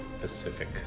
Pacific